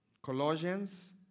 Colossians